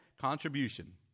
contribution